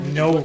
no